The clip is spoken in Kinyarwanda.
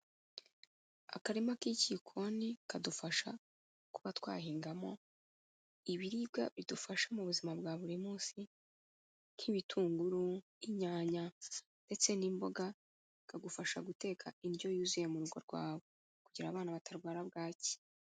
Akarima k'ikikoni kadufasha kuba twahingamo ibiribwa bidufasha mu buzima bwa buri munsi, nk'ibitunguru, inyanya ndetse n'imboga, bikagufasha guteka indyo yuzuye mu rugo rwawe. Kugira ngo abana batarwara bwaki.